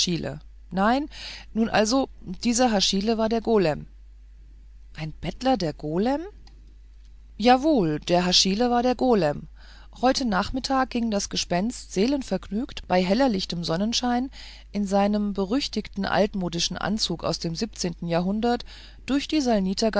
nein nun also dieser haschile war der golem ein bettler der golem jawohl der haschile war der golem heute nachmittag ging das gespenst seelenvergnügt bei hellichtem sonnenschein in seinem berüchtigten altmodischen anzug aus dem siebenten jahrhundert durch die